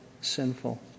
sinful